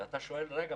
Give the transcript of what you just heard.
אתה שואל: מדוע?